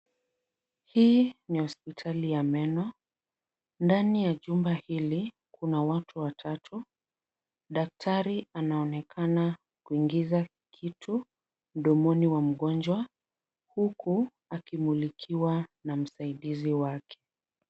Hii ni hosipitali ya meno, ndani ya chumba hili kuna watu watatu, daktari anaonekana kuingiza kitu midomoni wa mgonjwa huku akimulikiwa na msaidizi wake.